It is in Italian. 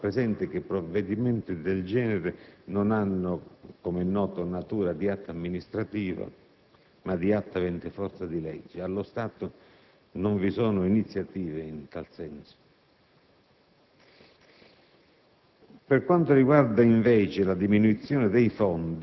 o di una sezione distaccata della corte d'appello di Firenze, si fa presente che provvedimenti del genere non hanno, come è noto, natura di atto amministrativo ma di atto avente forza di legge, e allo stato non vi sono iniziative in tal senso.